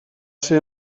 ser